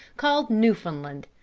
called newfoundland,